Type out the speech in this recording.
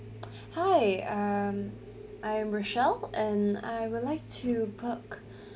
hi um I'm rochelle and I would like to